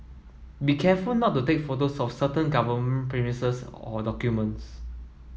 be careful not to take photos of certain government premises or documents